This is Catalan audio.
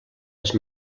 les